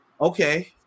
Okay